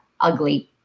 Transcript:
ugly